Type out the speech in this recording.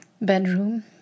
bedroom